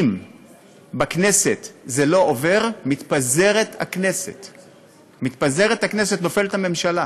אם בכנסת זה לא עובר, הכנסת מתפזרת, נופלת הממשלה.